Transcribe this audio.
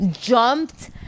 jumped